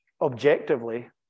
objectively